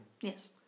Yes